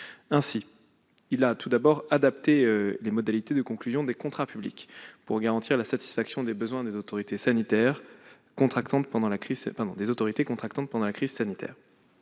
Ainsi, nous avons adapté les modalités de conclusion des contrats publics pour garantir la satisfaction des besoins des autorités contractantes pendant la crise sanitaire.